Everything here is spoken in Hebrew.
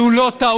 זו לא טעות,